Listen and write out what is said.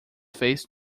face